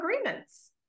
agreements